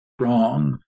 wrong